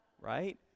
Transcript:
right